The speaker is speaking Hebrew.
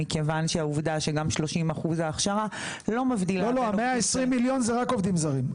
מכיוון שהעובדה שגם 30% ההכשרה לא מבדילה בין עובדים זרים.